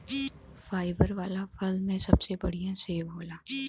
fibre वाला फल में सबसे बढ़िया सेव होला